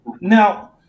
Now